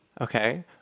okay